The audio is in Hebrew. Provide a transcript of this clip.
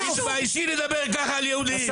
תתביישי לדבר ככה אל יהודי.